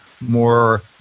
more